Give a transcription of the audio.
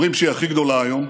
אומרים שהיא הכי גדולה היום,